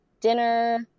dinner